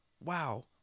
wow